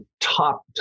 top